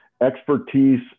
expertise